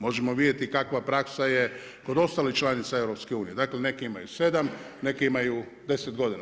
Možemo vidjeti kakva praksa je kod ostalih članica EU, dakle neki imaju 7, neki imaju 10 godina.